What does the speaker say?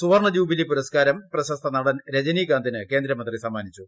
സുവർണ്ണ ജൂബിലി പുരസ്ക്കാരം പ്രശസ്ത നടൻ രജനീകാന്തിന് കേന്ദ്രമന്ത്രി സമ്മാനിച്ചു